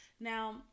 Now